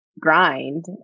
grind